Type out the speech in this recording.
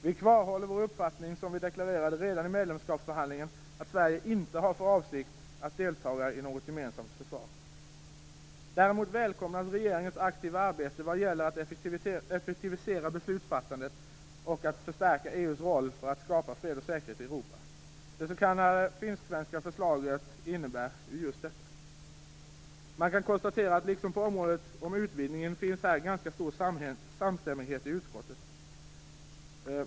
Vi står kvar vid den uppfattning som vi deklarerade redan i medlemskapsförhandlingarna, nämligen att Sverige inte har för avsikt att delta i ett gemensamt försvar. Däremot välkomnas regeringens aktiva arbete vad gäller att effektivisera beslutsfattande och att förstärka EU:s roll för att skapa fred och säkerhet i Europa. Det s.k. finsk-svenska förslaget innebär just detta. Man kan konstatera att liksom på området om utvidgningen finns också här en ganska stor samstämmighet i utskottet.